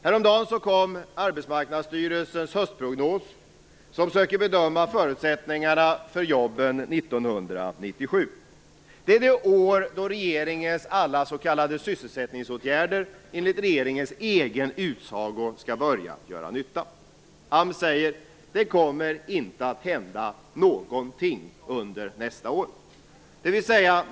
Häromdagen kom Arbetsmarknadsstyrelsens höstprognos som söker bedöma förutsättningarna för jobben 1997. Det är det år då regeringens alla s.k. sysselsättningsåtgärder enligt regeringens egen utsago skall börja göra nytta. AMS säger att det inte kommer att hända någonting under nästa år.